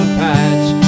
patch